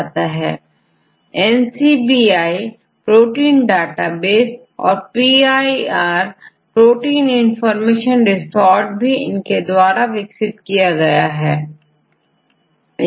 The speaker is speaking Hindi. बहुत सारे अलग अलग डेटाबेस हैं जिनमें प्रोटीन सीक्वेंस से संबंधित जानकारी रखी गई है जैसे म्युनिख इनफार्मेशन सेंटर जिसमें प्रोटीन सीक्वेंसNCBI प्रोटीन डाटाबेस औरPIR प्रोटीन इंफॉर्मेशन रिसोर्सेज जिन्हें जार्जटाउन यूनिवर्सिटी की Margaret Dayhoff के द्वारा विकसित किया गया